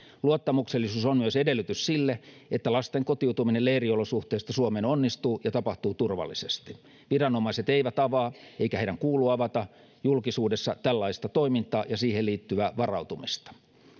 luottamuksellisuus on myös edellytys sille että lasten kotiutuminen leiriolosuhteista suomeen onnistuu ja tapahtuu turvallisesti viranomaiset eivät avaa eikä heidän kuulu avata julkisuudessa tällaista toimintaa ja siihen liittyvää varautumista